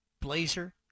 Blazer